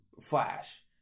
Flash